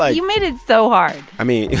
ah you made it so hard i mean,